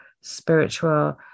spiritual